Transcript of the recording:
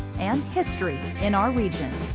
and history in our region.